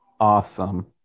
Awesome